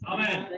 Amen